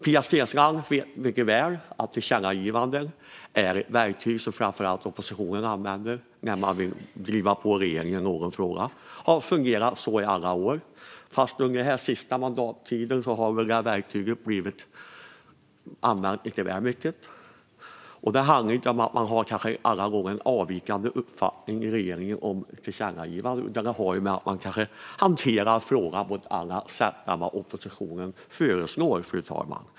Pia Steensland vet mycket väl att tillkännagivanden är ett verktyg som framför allt används när oppositionen vill driva på regeringen i någon fråga. Det har fungerat så i alla år. Men under den senaste mandatperioden har väl detta verktyg använts lite väl mycket. Det handlar inte alla gånger om att man i tillkännagivandet har en avvikande uppfattning gentemot regeringen, utan det kan handla om att regeringen hanterar frågan på ett annat sätt än vad oppositionen föreslår, fru talman.